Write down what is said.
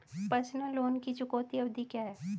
Personal loan की चुकौती अवधि क्या है?